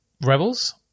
rebels